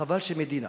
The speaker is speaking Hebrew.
וחבל שמדינה